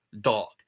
dog